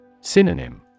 Synonym